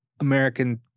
American